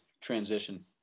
transition